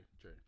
true